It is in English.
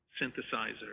synthesizer